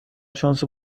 شانس